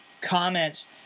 comments